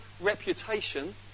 reputation